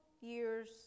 years